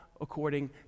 according